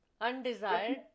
Undesired